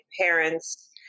parents